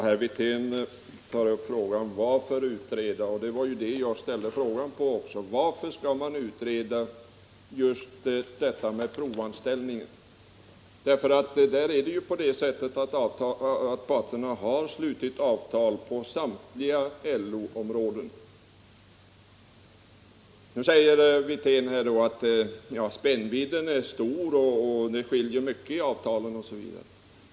Herr talman! Herr Wirtén tar upp frågan, varför man skall utreda detta. Det var ju samma fråga som jag ställde: Varför skall just provanställningen utredas? Parterna har ju slutit avtal på samtliga LO-områden. Nu säger herr Wirtén att spännvidden mellan villkoren är stor, att det skiljer mycket mellan de olika avtalen osv.